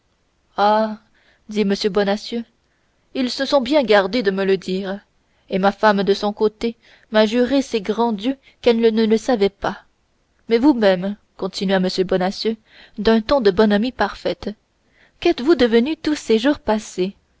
dit m bonacieux ils se sont bien gardés de me le dire et ma femme de son côté m'a juré ses grands dieux qu'elle ne le savait pas mais vous-même continua m bonacieux d'un ton de bonhomie parfaite qu'êtes-vous devenu tous ces jours passés